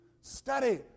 study